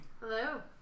Hello